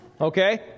Okay